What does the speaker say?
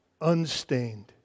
unstained